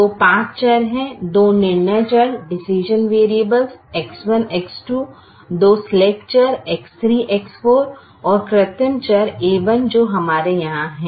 तो पांच चर हैं दो निर्णय चर X1 X2 दो स्लैक चर X3 X4 और कृत्रिम चर a1 जो हमारे यहां हैं